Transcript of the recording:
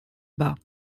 bas